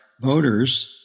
voters